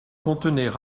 contenaient